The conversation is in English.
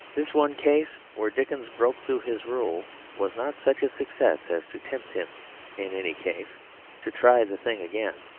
this one case where dickens broke through his rule was not such a success as to tempt him in any case to try the thing again.